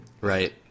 Right